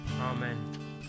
Amen